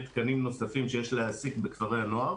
תקנים נוספים שיש להעסיק בכפרי הנוער,